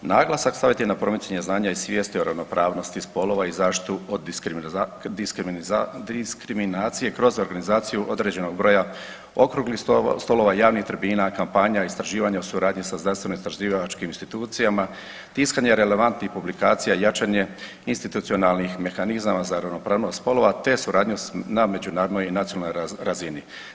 Naglasak staviti na promicanje znanja i svijesti o ravnopravnosti spolova i zaštitu od diskriminacije kroz organizaciju određenog broja Okruglih stolova, Javnih tribina, kampanja, istraživanja o suradnji sa znanstveno istraživačkim institucijama, tiskanje relevantnih publikacija i jačanje institucionalnih mehanizama za ravnopravnost spolova, te suradnju na međunarodnoj i nacionalnoj razini.